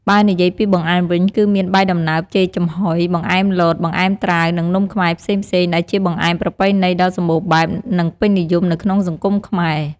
បើនិយាយពីបង្អែមវិញ គឺមានបាយដំណើបចេកចំហុយ បង្អែមលត បង្អែមត្រាវ និងនំខ្មែរផ្សេងៗ ដែលជាបង្អែមប្រពៃណីដ៏សម្បូរបែប និងពេញនិយមនៅក្នុងសង្គមខ្មែរ។